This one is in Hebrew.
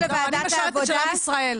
אני משרתת של עם ישראל.